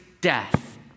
death